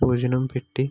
భోజనం పెట్టి